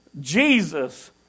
Jesus